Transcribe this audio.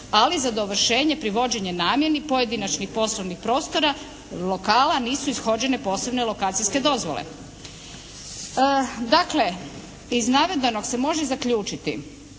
ali za dovršenje privođenja namjeni pojedinačnih poslovnih prostora lokala nisu ishođene posebne lokacijske dozvole. Dakle, iz navedenog se može zaključiti